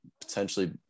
Potentially